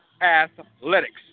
Athletics